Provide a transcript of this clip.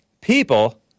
People